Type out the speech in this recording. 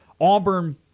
Auburn